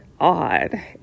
odd